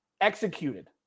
executed